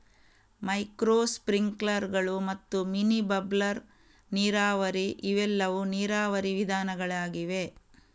micro ಸ್ಪ್ರಿಂಕ್ಲರುಗಳು ಮತ್ತು mini bubbler ನೀರಾವರಿ ಇವೆಲ್ಲವೂ ನೀರಾವರಿ ವಿಧಾನಗಳಾಗಿವೆ